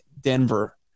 Denver